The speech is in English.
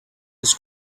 his